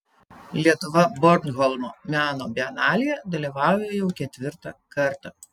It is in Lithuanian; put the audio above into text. lietuva bornholmo meno bienalėje dalyvauja jau ketvirtą kartą